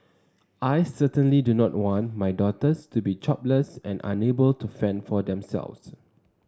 I certainly do not want my daughters to be jobless and unable to fend for themselves